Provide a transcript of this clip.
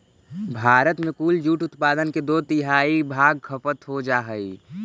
भारत में कुल जूट उत्पादन के दो तिहाई भाग खपत हो जा हइ